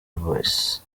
voice